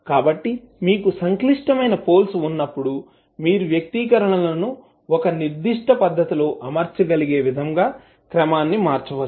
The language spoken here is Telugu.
కాబట్టి మీకు సంక్లిష్టమైన పోల్స్ ఉన్నప్పుడు మీరు వ్యక్తీకరణలను ఒక నిర్దిష్ట పద్ధతిలో అమర్చగలిగే విధంగా క్రమాన్ని మార్చవచ్చు